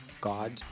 God